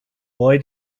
boy